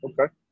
okay